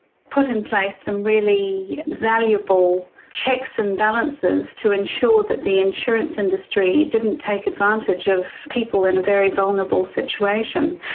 put in place some really valuable checks and balances to ensure that the insurance industry didn't take advantage of people in a very vulnerable situation.